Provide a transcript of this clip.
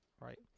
right